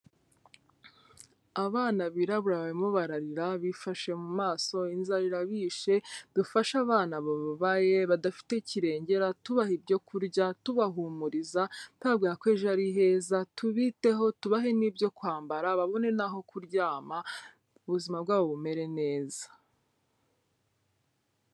Abana biraraburamo barimo bararira, bifashe mu maso, inzara irabishe. Dufashe abana bababaye badafite kirengera, tubaha ibyo kurya, tubahumuriza, tubabwire ko ejo ari heza, tubiteho tubahe n'ibyo kwambara babone n'aho kuryama ubuzima bwabo bumere neza.